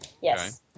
Yes